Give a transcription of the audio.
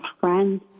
friends